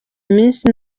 iminsi